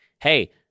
hey